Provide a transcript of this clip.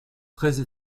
treize